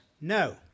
No